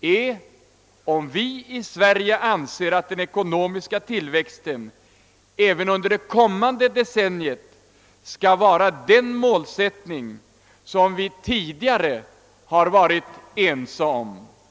är om vi i Sverige anser att den ekonomiska tillväxten även under det kommande decenniet skall utgöra den målsättning som vi tidigare varit ense om.